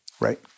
Right